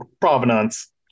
provenance